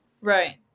right